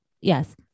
yes